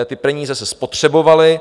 Ty peníze se spotřebovaly.